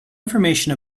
information